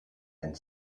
and